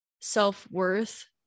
self-worth